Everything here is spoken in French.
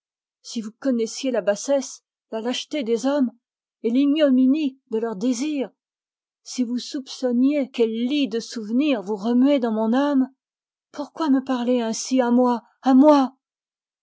si vous connaissiez la bassesse la lâcheté des hommes et l'ignominie de leurs désirs si vous soupçonniez quelle lie de souvenirs vous remuez dans mon âme pourquoi me parler ainsi à moi à moi